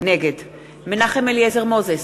נגד מנחם אליעזר מוזס,